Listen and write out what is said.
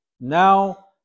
Now